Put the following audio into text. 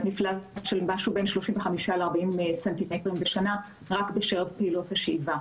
מפלס של 35-40 ס"מ בשנה רק בשל פעולות השאיבה.